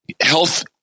Health